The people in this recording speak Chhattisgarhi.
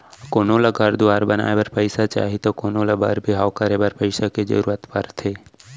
कोनो ल घर दुवार बनाए बर पइसा चाही त कोनों ल बर बिहाव करे बर पइसा के जरूरत परथे